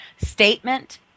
statement